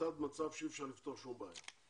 יצרת מצב שאי אפשר לפתור שום בעיה.